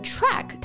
Track